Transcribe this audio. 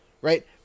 right